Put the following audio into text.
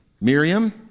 Miriam